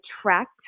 attract